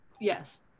Yes